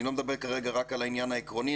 אני לא מדבר כרגע רק על העניין העקרוני,